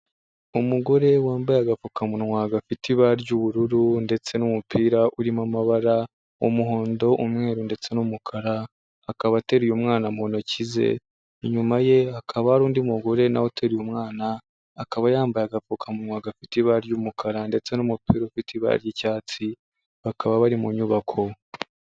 Umugore wambaye agapfukamunwa gafite ibara ry'ubururu, ndetse n'umupira urimo amabara, umuhondo, umweru, ndetse n'umukara, akaba ateruye umwana mu ntoki ze, inyuma ye hakaba hari undi mugore nawe uteruye umwana, akaba yambaye agapfukamunwa gafite ibara ry'umukara, ndetse n'umupira ufite ibara ry'icyatsi, bakaba bari mu nyubako.